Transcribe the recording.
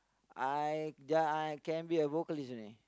I ya I can be a vocalist only